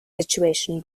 situation